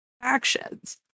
actions